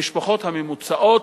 המשפחות הממוצעות,